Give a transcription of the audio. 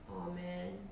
!aww! man